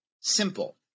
simple